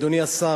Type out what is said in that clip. אדוני השר,